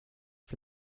for